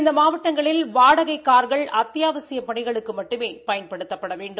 இந்த மாவட்டங்களில் வாடகை கார்கள் அத்தியாவசியப் பணிகளுக்கு மட்டுமே பயன்படுத்த வேண்டும்